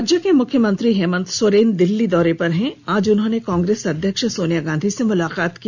राज्य के मुख्यमंत्री हेमंत सोरेन दिल्ली दौरे पर हैं आज उन्होंने कांग्रेस अध्यक्ष सोनिया गांधी से मुलाकात की